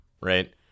right